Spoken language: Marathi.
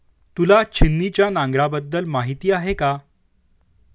तुला छिन्नीच्या नांगराबद्दल माहिती आहे का?